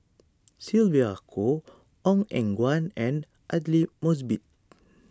Sylvia Kho Ong Eng Guan and Aidli Mosbit